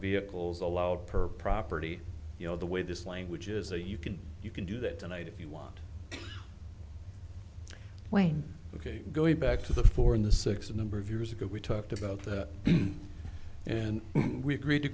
vehicles allowed per property you know the way this language is they you can you can do that tonight if you want wayne ok going back to the fore in the six a number of years ago we talked about that and we agreed to